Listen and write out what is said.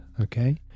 okay